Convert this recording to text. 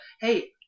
Hey